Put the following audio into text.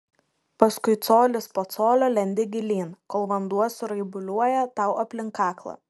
paskui colis po colio lendi gilyn kol vanduo suraibuliuoja tau aplink kaklą